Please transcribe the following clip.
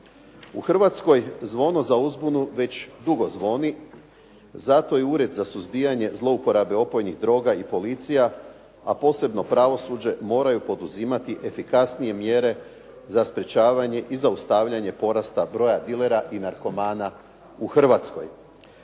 U Hrvatskoj zvono za uzbunu već dugo zvoni, zato je Ured za suzbijanje zlouporabe opojnih droga i policija, a posebno pravosuđe moraju poduzimati efikasnije mjere za sprječavanje i zaustavljanje porasta broja dilera i narkomana u Hrvatskoj.